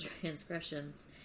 transgressions